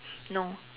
no